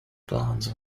plans